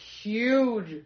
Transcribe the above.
huge